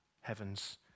heavens